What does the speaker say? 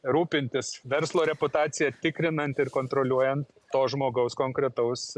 rūpintis verslo reputacija tikrinant ir kontroliuojant to žmogaus konkretaus